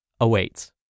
awaits